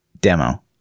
demo